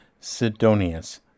Sidonius